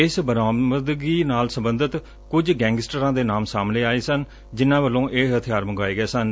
ਇਸ ਬਰਾਮਦਗੀ ਨਾਲ ਸਬੰਧਿਤ ਕੁਛ ਗੈਂਗਸਟਰਾਂ ਦੇ ਨਾਮ ਸਾਹਮਣੇ ਆਏ ਜਿਨ੍ਹਾਂ ਵੱਲੋ ਇਹ ਹਥਿਆਰ ਮੰਗਵਾਏ ਗਏ ਸਨ